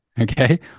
Okay